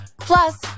Plus